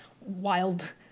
wild